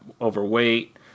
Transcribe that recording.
overweight